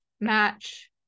match